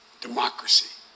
democracy